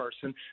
person